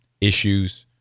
issues